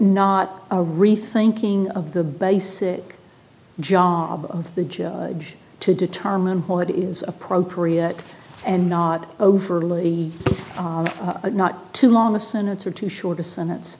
not a rethinking of the basic job of the judge to determine what is appropriate and not overly not too long a senator to shorter sentence